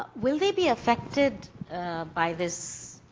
ah will they be affected by this,